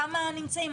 כמה נמצאים.